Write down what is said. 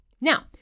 Now